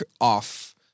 off